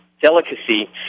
delicacy